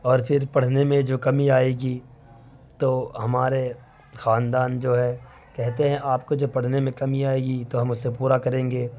اور پھر پڑھنے میں جو کمی آئے گی تو ہمارے خاندان جو ہے کہتے ہیں آپ کو جو پڑھنے میں کمی آئے گی تو ہم اسے پورا کریں گے